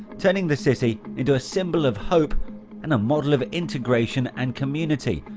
turning the city into a symbol of hope and a model of integration and community,